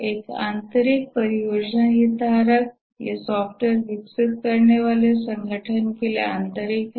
एक आंतरिक परियोजना हितधारक हैं ये सॉफ्टवेयर विकसित करने वाले संगठन के लिए आंतरिक हैं